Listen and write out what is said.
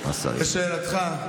לשאלתך,